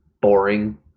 boring